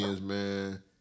man